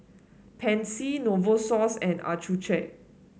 Pansy Novosource and Accucheck